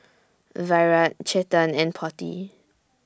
Virat Chetan and Potti